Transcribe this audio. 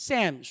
Sam